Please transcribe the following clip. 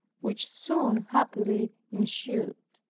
which soon happily ensued.